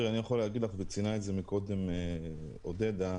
כמו שציינה קודם עודדה,